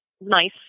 nice